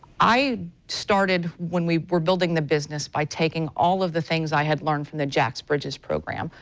i started when we were building the business by taking all of the things i had learned from the jax bridges program.